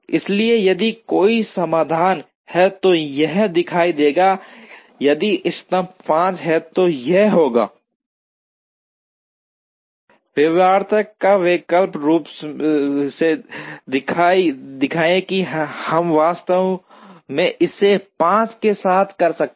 इसलिए यदि कोई समाधान है तो यह दिखाई देगा यदि इष्टतम 5 है तो यह होगा व्यवहार्यता या वैकल्पिक रूप से दिखाएं कि हम वास्तव में इसे 5 के साथ कर सकते हैं